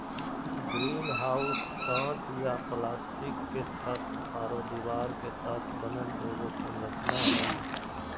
greenhouse काँच या plastic के छत आरो दीवार के साथ बनल एगो संरचना हइ